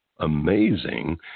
Amazing